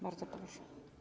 Bardzo proszę.